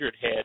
head